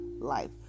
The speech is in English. life